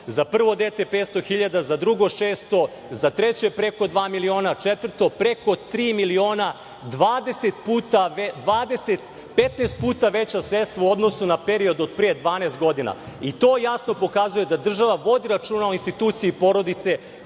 Za prvo dete 500.000, za drugo 600.000, za treće preko dva miliona, za četvrto preko tri miliona, 15 puta veća sredstva u odnosu na period od pre 12 godina. To jasno pokazuje da država vodi računa o instituciji porodice